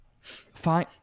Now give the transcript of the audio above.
Fine